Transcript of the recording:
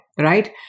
right